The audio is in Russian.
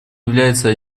является